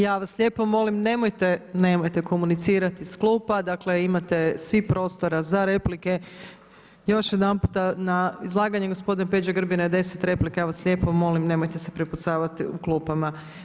Ja vas lijepo molim nemojte, nemojte komunicirati iz klupa, dakle imate svi prostora za replike, još jedanputa, na izlaganje gospodina Peđe Grbina je 10 replika, ja vas lijepo molim nemojte se prepucavati u klupama.